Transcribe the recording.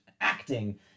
acting